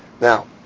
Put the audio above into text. Now